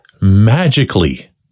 magically